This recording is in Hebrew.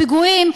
פיגועים,